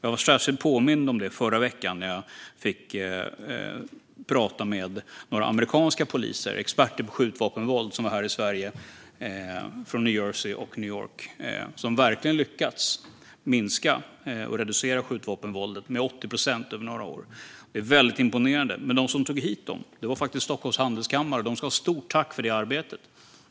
Jag blev särskilt påmind om det i förra veckan när jag fick prata med några amerikanska poliser som var experter på skjutvapenvåld från New Jersey och New York och som besökte Sverige. De har lyckats reducera skjutvapenvåldet med 80 procent över några år. Det är väldigt imponerande. De som tog hit dem var Stockholms Handelskammare, och de ska ha stort tack för det arbetet. Fru talman!